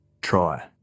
Try